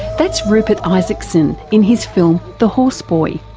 that's rupert um isaacson in his film the horse boy,